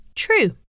True